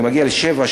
זה מגיע לשבע,